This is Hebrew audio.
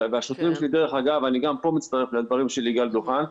אני גם פה מצטרף לדברים של יגאל דוכן.